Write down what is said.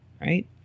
right